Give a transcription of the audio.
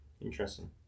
interesting